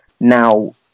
now